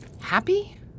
Happy